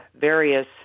various